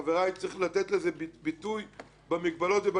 יש לתת לזה ביטוי במגבלות ובניסוחים,